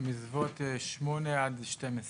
בסביבות שמונה עד שתיים עשרה.